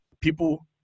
people